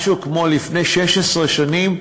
משהו כמו לפני 16 שנים,